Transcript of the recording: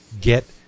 Get